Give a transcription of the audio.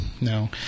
No